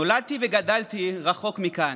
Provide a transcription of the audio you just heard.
נולדתי וגדלתי רחוק מכאן,